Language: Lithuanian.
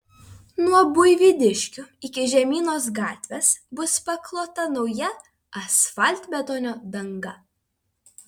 nuo buivydiškių iki žemynos gatvės bus paklota nauja asfaltbetonio danga